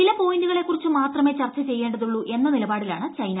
ചില പോയിന്റുകളെ കുറിച്ചു മാത്രമേ ചർച്ച ചെയ്യേണ്ടതുള്ളു എന്ന നിലപാടിലാണ് ചൈന